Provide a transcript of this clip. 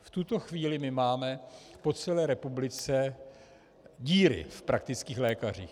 V tuto chvíli máme po celé republice díry v praktických lékařích.